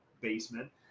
basement